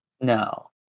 No